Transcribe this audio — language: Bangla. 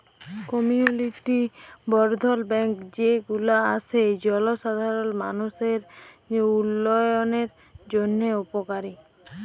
কমিউলিটি বর্ধল ব্যাঙ্ক যে গুলা আসে জলসাধারল মালুষের উল্যয়নের জন্হে উপকারী